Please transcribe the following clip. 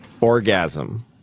orgasm